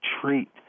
treat